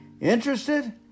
Interested